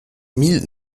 mille